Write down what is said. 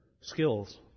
skills